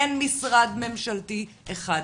אין משרד ממשלתי אחד.